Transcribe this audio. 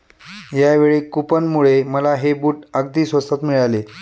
यावेळी कूपनमुळे मला हे बूट अगदी स्वस्तात मिळाले